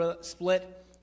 split